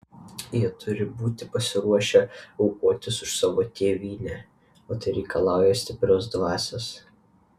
jie turi būti pasiruošę aukotis už savo tėvynę o tai reikalauja stiprios dvasios